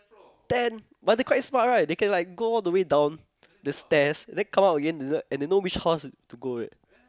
ten but they quite smart right they can like go all the way down the stairs then come up again they know and then they know which house to go eh